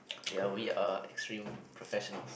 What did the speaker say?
okay are we uh extreme professionals